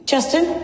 Justin